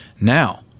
now